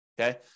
okay